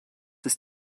ist